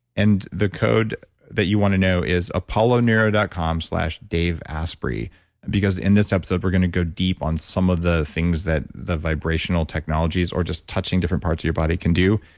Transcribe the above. and the code that you want to know is apolloneuro dot com slash daveasprey. because in this episode, we're going to go deep on some of the things that the vibrational technologies or just touching different parts of your body can do.